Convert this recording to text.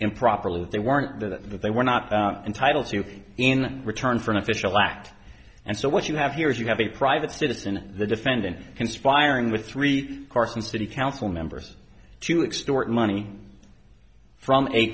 improperly that they weren't that they were not entitled to in return for an official act and so what you have here is you have a private citizen the defendant conspiring with three carson city council members to extort money from a